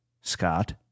Scott